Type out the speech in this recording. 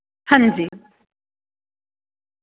हांजी